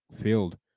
field